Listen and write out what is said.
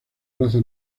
raza